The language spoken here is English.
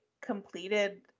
completed